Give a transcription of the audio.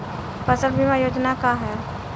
फसल बीमा योजना का ह?